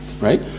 right